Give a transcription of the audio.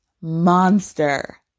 monster